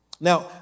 Now